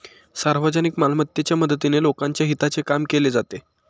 सार्वजनिक मालमत्तेच्या मदतीने लोकांच्या हिताचे काम केले जाते